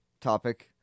topic